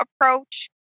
approach